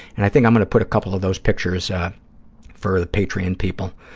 and i think i'm going to put a couple of those pictures for the patreon people,